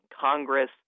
Congress